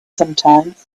sometimes